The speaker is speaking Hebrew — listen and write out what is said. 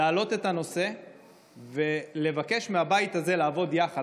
להעלות את הנושא ולבקש מהבית הזה לעבוד יחד,